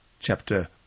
chapter